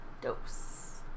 Dose